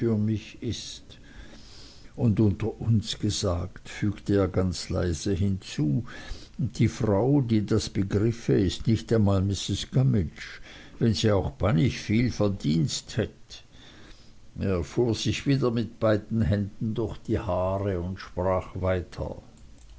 ist und unter uns gesagt fügte er ganz leise hinzu die frau die das begriffe ist nicht einmal missis gummidge wenn sie auch bannich veel verdienst hett er fuhr sich wieder mit beiden händen durch die haare und sprach weiter